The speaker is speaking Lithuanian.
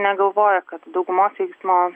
negalvoja kad daugumos eismo